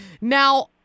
Now